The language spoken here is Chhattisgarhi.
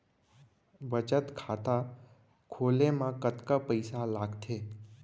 बचत खाता खोले मा कतका पइसा लागथे?